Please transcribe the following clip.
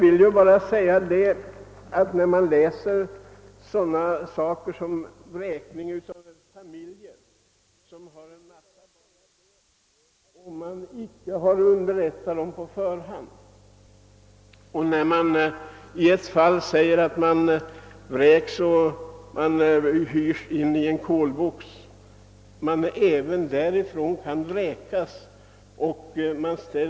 Vi läser i tidningarna om att familjer som har en mängd barn vräks utan att vederbörande underrättas på förhand. I ett fall förekom det att en familj efter vräkning hystes in i en kolbox — men även därifrån kunde familjen vräkas och ställas helt utan bostad.